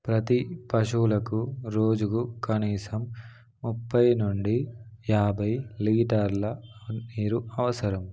ప్రతి పశువులకు రోజుకు కనీసం ముప్పై నుండి యాభై లీటర్ల నీరు అవసరం